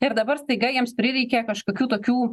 ir dabar staiga jiems prireikė kažkokių tokių